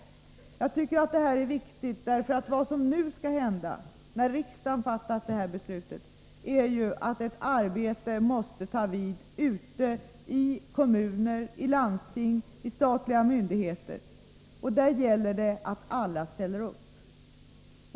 Jag tycker att detta är viktigt, för vad som nu skall hända — när riksdagen fattat det här beslutet — är att ett arbete måste ta vid ute i kommuner, landsting och statliga myndigheter. Där gäller det att alla ställer upp.